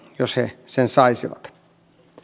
jos he sen saisivat tämä